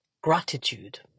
gratitude